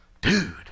Dude